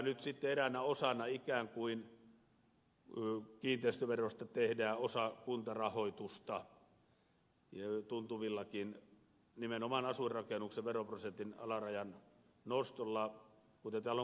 nyt sitten eräänä osana kiinteistöverosta tehdään ikään kuin osa kuntarahoitusta tuntuvillakin nimenomaan asuinrakennuksen veroprosentin alarajan nostoilla kuten täällä on kuvattu